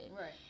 Right